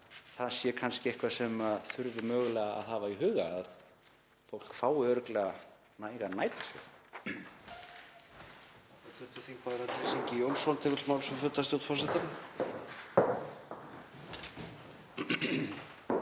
það sé kannski eitthvað sem þurfi mögulega að hafa í huga, að fólk fái örugglega nægan nætursvefn.